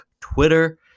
Twitter